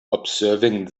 observing